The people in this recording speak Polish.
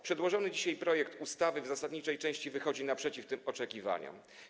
Przedłożony dzisiaj projekt ustawy w zasadniczej części wychodzi naprzeciw tym oczekiwaniom.